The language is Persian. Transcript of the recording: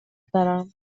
دارم